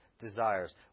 desires